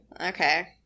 Okay